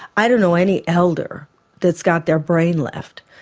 i don't know any elder that's got their brain left.